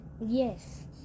Yes